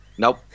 Nope